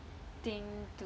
thing to